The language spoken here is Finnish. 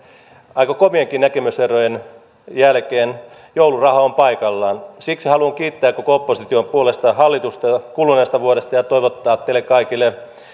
aika kovienkin näkemyserojen jälkeen joulurauha on paikallaan siksi haluan kiittää koko opposition puolesta hallitusta kuluneesta vuodesta ja toivottaa teille kaikille